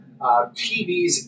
TVs